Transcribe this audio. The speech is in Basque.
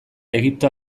egipto